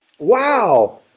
Wow